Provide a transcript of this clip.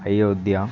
Ayodhya